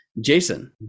jason